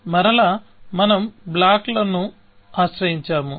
మరలా మనం బ్లాక్లను ఆశ్రయించాము